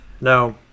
Now